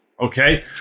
okay